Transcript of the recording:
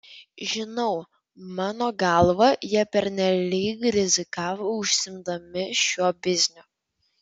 žinau mano galva jie pernelyg rizikavo užsiimdami šiuo bizniu